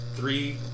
Three